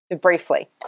Briefly